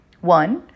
One